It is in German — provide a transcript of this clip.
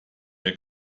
der